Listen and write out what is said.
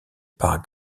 par